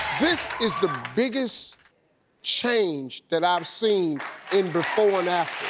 this is the biggest change that i've seen in before and after.